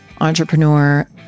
entrepreneur